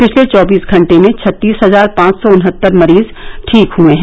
पिछले चौबीस घंटे में छत्तीस हजार पांच सौ उन्हत्तर मरीज ठीक हुए हैं